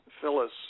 Phyllis